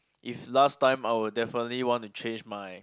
if last time I would definitely want to change my